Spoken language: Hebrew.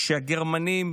כשהגרמנים